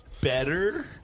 better